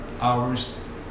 hours